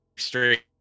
Straight